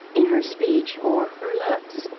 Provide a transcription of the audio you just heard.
in her speech, or her looks.